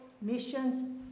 missions